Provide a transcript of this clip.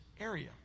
area